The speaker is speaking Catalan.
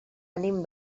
ànim